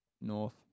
North